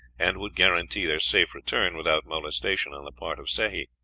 and would guarantee their safe return without molestation on the part of sehi.